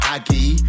Aggie